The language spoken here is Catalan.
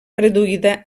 reduïda